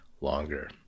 longer